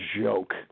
joke